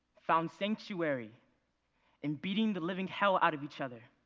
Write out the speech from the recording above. found sanctuary in beating the living hell out of each other